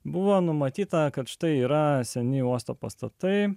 buvo numatyta kad štai yra seni uosto pastatai